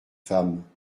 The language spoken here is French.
femme